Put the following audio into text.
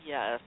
Yes